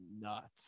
nuts